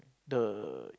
the